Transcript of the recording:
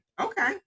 Okay